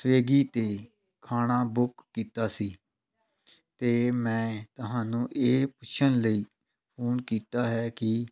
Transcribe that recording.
ਸਵਿੱਗੀ 'ਤੇ ਖਾਣਾ ਬੁੱਕ ਕੀਤਾ ਸੀ ਅਤੇ ਮੈਂ ਤੁਹਾਨੂੰ ਇਹ ਪੁੱਛਣ ਲਈ ਫੋਨ ਕੀਤਾ ਹੈ ਕਿ